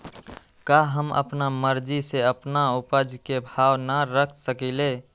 का हम अपना मर्जी से अपना उपज के भाव न रख सकींले?